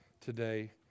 today